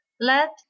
let